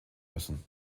müssen